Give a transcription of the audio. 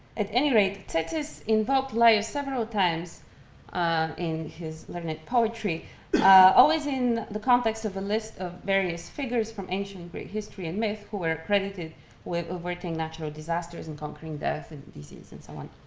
at any rate, tzetzes involved laius several times in his lyric poetry always in the context of a list of various figures from ancient greek history and myth who were credited with averting natural disasters and conquering death and disease and so on.